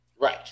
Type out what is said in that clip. right